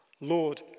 Lord